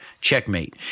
Checkmate